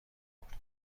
خورد